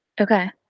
Okay